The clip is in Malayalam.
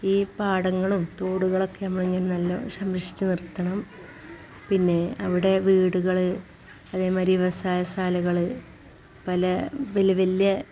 ഈ പാടങ്ങളും തോടുകളുമൊക്കെ നമ്മൾ ഇങ്ങനെ നല്ല സംരക്ഷിച്ച് നിർത്തണം പിന്നെ അവിടെ വീടുകൾ അതേ മാതിരി വ്യവസായ ശാലകൾ പല വലിയ വലിയ